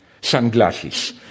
sunglasses